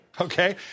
Okay